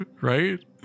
right